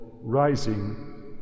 rising